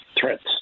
threats